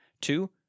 Two